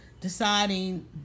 deciding